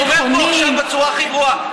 אני אומר פה עכשיו בצורה הכי ברורה: